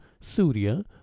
surya